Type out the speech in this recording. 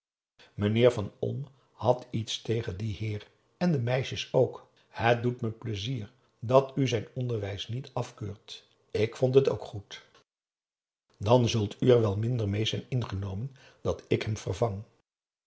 meneer van olm had iets tegen dien heer en de meisjes ook het doet me plezier dat u zijn onderwijs niet afkeurt ik vond het ook goed dan zult u er wel minder mee zijn ingenomen dat ik hem vervang